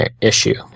issue